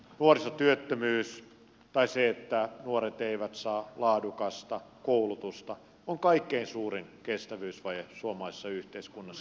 nuorisotyöttömyys tai se että nuoret eivät saa laadukasta koulutusta on kaikkein suurin kestävyysvaje suomalaisessa yhteiskunnassa